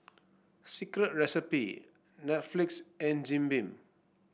Secret Recipe Netflix and Jim Beam